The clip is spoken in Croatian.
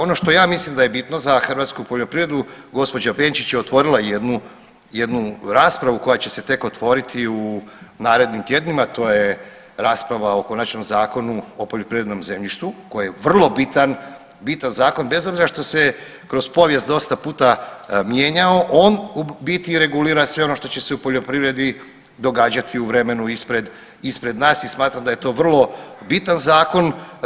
Ono što ja mislim da je bitno za hrvatsku poljoprivredu, gđa. Benčić je otvorila jednu, jednu raspravu koja će se tek otvoriti u narednim tjednima, to je rasprava o konačnom Zakonu o poljoprivrednom zemljištu koji je vrlo bitan, bitan zakon bez obzira što se kroz povijest dosta puta mijenjao on u biti regulira sve ono što će se u poljoprivredi događati u vremenu ispred, ispred nas i smatram da je to vrlo bitan zakon.